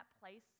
place